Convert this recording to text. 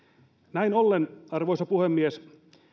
näin ollen arvoisa puhemies